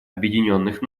объединенных